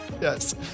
yes